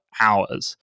hours